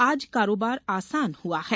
आज कारोबार आसान हुआ है